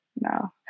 no